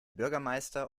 bürgermeister